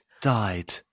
died